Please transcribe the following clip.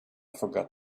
forgot